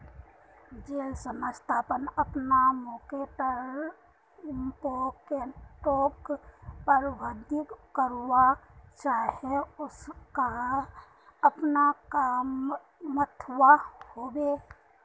जेल संस्था अपना मर्केटर इम्पैक्टोक प्रबधित करवा चाह्चे उसाक अपना काम थम्वा होबे